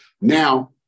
Now